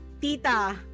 tita